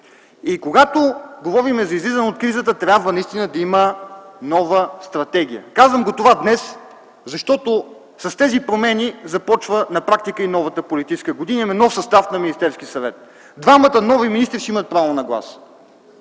И когато говорим за излизане от кризата трябва наистина да има нова стратегия. Казвам това днес, защото с тези промени започва на практика и новата политическа година. Има нов състав на Министерския съвет. Двамата нови министри ще имат право на глас.